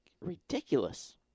ridiculous